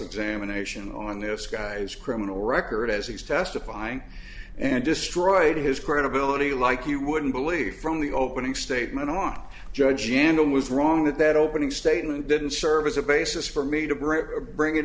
examination on this guy's criminal record as he's testifying and destroyed his credibility like you wouldn't believe from the opening statement on judge and it was wrong that that opening statement didn't serve as a basis for me to bring